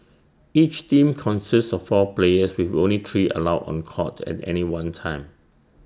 each team consists of four players with only three allowed on court at any one time